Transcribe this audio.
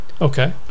okay